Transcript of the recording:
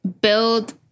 build